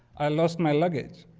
i lost my luggage.